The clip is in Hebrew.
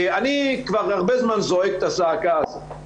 אני כבר הרבה זמן זועק את הזעקה הזאת.